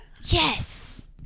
yes